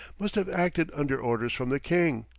must have acted under orders from the king.